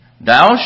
Thou